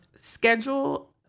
schedule